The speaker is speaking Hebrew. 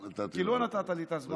חצי דקה, כי לא נתת לי את הזמן.